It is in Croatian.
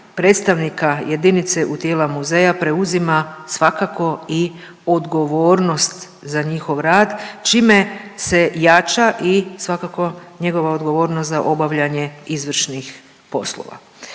predstavnika jedinice u tijela muzeja preuzima svakako i odgovornost za njihov rad, čime se jača i svakako njegova odgovornost za obavljanje izvršnih poslova.